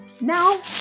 Now